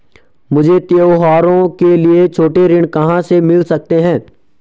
मुझे त्योहारों के लिए छोटे ऋण कहाँ से मिल सकते हैं?